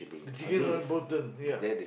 the chicken rice both the ya